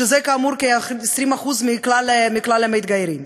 שזה כאמור כ-20% מכלל המתגיירים.